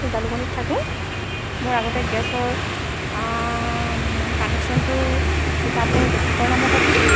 জালুকনীত থাকোঁ মোৰ আগতে গেছৰ কানেকশ্যনটো তিতাবৰ বেছিকৰ নামত আছিল